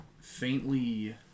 faintly